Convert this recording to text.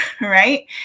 right